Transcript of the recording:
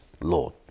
Lord